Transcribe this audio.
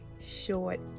Short